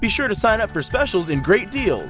be sure to sign up for specials and great deal